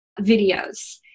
videos